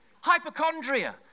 Hypochondria